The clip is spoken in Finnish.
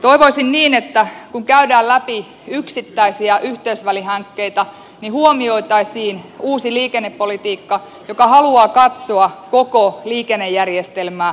toivoisin niin että kun käydään läpi yksittäisiä yhteysvälihankkeita niin huomioitaisiin uusi liikennepolitiikka joka haluaa katsoa koko liikennejärjestelmää kokonaisuutena